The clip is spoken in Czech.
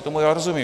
Tomu já rozumím.